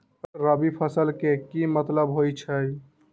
रबी फसल के की मतलब होई छई?